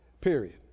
Period